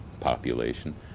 population